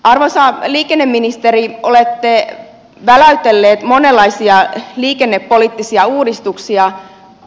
arvoisa liikenneministeri olette väläytellyt monenlaisia liikennepoliittisia uudistuksia